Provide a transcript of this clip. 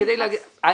חלילה.